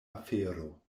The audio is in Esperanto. afero